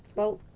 well.